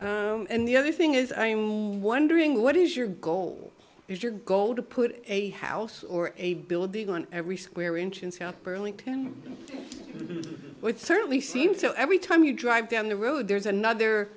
actually and the other thing is i'm wondering what is your goal is your goal to put a house or a building on every square inch in south burlington would certainly seem so every time you drive down the road there's another